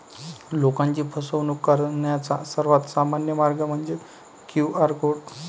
लोकांची फसवणूक करण्याचा सर्वात सामान्य मार्ग म्हणजे क्यू.आर कोड